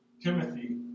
Timothy